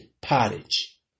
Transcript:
pottage